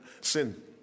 sin